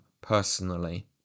personally